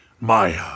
Maya